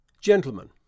Gentlemen